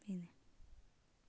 बेनो